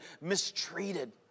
mistreated